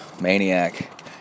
maniac